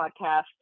podcast